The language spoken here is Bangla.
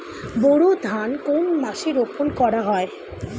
বোরো ধান কোন মাসে রোপণ করা হয়?